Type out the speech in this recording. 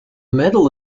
medal